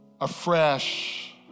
afresh